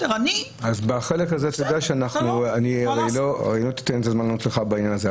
הרי לא תיתן לי לענות לך בעניין הזה.